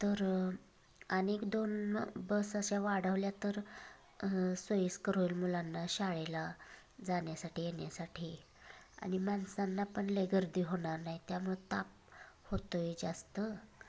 तर आन एक दोन बस अशा वाढवल्या तर सोयीस्कर होईल मुलांना शाळेला जाण्यासाठी येण्यासाठी आणि माणसांना पण लई गर्दी होणार नाही त्यामुळं ताप होतो आहे जास्त